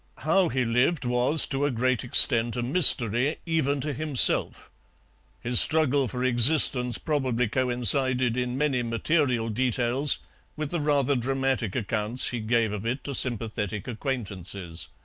how he lived was to a great extent a mystery even to himself his struggle for existence probably coincided in many material details with the rather dramatic accounts he gave of it to sympathetic acquaintances.